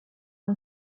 ont